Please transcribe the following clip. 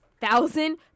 thousand